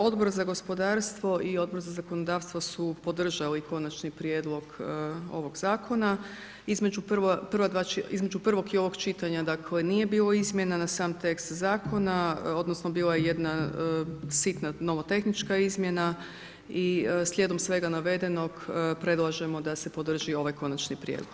Odbor za gospodarstvo i Odbor za zakonodavstvo su podržali Konačni prijedlog ovog Zakona, između prva dva, između prvog i ovog čitanja dakle, nije bilo izmjena na sam tekst Zakona odnosno bila je jedna sitna novotehnička izmjena, i slijedom svega navedenog, predlažemo da se podrži ovaj Konačni prijedlog.